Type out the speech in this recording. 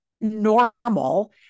normal